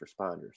responders